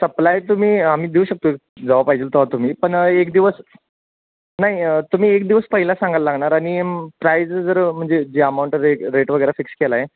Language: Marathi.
सप्लाय तुम्ही आम्ही देऊ शकतो जेव्हा पाहिजेल तेव्हा तुम्ही पण एक दिवस नाही तुम्ही एक दिवस पहिला सांगायला लागणार आणि प्राईज जर म्हणजे जे अमाऊंट रेट रेट वगैरे फिक्स केला आहे